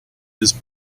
his